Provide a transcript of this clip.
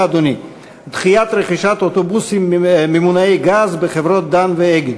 דחיית רכישת אוטובוסים ממונעי-גז בחברות "דן" ו"אגד".